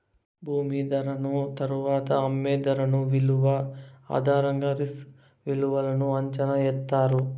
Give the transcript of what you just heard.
భూమి ధరను తరువాత అమ్మే ధర విలువ ఆధారంగా రిస్క్ విలువను అంచనా ఎత్తారు